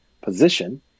position